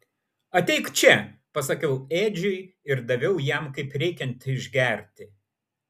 ateik čia pasakiau edžiui ir daviau jam kaip reikiant išgerti